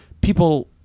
people